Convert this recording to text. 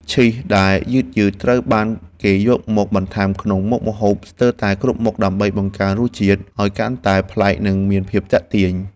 ឈីសដែលយឺតៗត្រូវបានគេយកមកបន្ថែមក្នុងមុខម្ហូបស្ទើរតែគ្រប់មុខដើម្បីបង្កើនរសជាតិឱ្យកាន់តែប្លែកនិងមានភាពទាក់ទាញ។